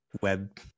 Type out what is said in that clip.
web